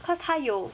cause 它有